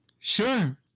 sure